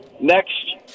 Next